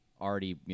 already